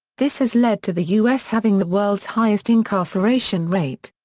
this has led to the us having the world's highest incarceration rate.